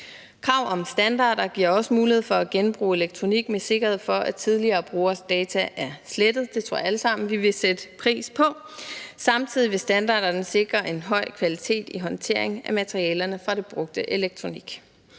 Krav om standarder giver også mulighed for at genbruge elektronik med sikkerhed for, at tidligere brugeres data er slettet. Det tror jeg vi alle sammen vil sætte pris på. Samtidig vil standarderne sikre en høj kvalitet i håndtering af materialerne fra det brugte elektronik.